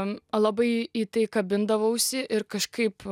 man labai į tai kabindavausi ir kažkaip